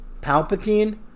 palpatine